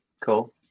Cool